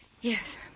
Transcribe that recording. Yes